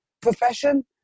profession